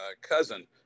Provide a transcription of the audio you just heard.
cousin